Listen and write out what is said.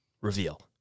reveal